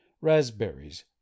raspberries